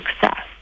success